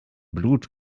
blut